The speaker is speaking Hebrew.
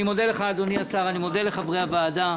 אני מודה לך, אדוני השר, אני מודה לחברי הוועדה.